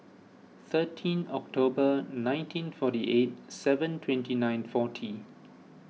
thirteenth October nineteen forty eight seven twenty nine forty